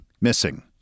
missing